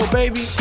baby